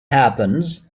happens